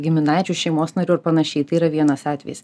giminaičių šeimos narių ar panašiai tai yra vienas atvejis